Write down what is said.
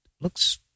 looks